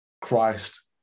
Christ